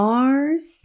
Mars